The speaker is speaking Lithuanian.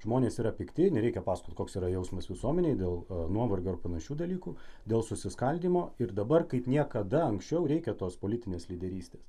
žmonės yra pikti nereikia pasakot koks yra jausmas visuomenėj dėl nuovargio ar panašių dalykų dėl susiskaldymo ir dabar kaip niekada anksčiau reikia tos politinės lyderystės